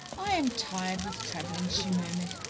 i am tired with travelling, she murmured,